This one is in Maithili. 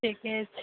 ठीके छै